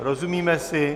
Rozumíme si?